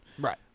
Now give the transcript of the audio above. Right